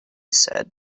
said